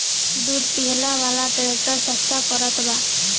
दू पहिया वाला ट्रैक्टर सस्ता पड़त बा